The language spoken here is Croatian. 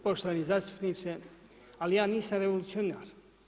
Poštovani zastupniče, ali ja nisam revolucionar.